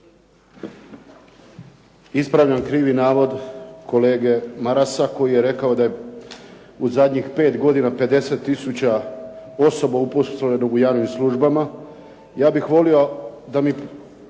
Ispravljam krivi navod kolege Marasa koji je rekao da je u zadnjih pet godina 50 tisuća osoba uposleno u javnim službama po stranačkom